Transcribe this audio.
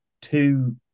two